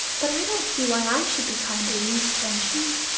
but i don't see why i should be kinder used than she.